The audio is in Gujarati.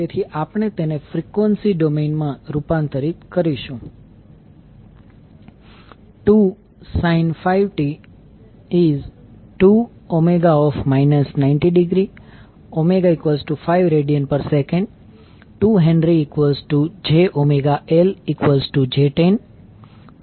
તેથી આપણે તેને ફ્રીક્વન્સી ડોમેઈન માં રૂપાંતરિત કરીશું 2 sin 5t ⇒2∠ 90°ω5rads 2HjωLj10 0